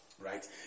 right